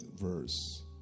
verse